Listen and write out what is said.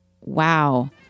Wow